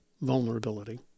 vulnerability